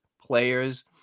players